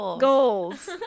Goals